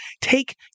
take